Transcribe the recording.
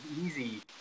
easy